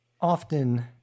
often